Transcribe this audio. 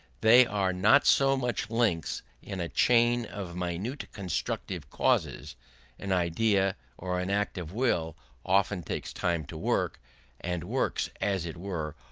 they are not so much links in a chain of minute consecutive causes an idea or an act of will often takes time to work and works, as it were,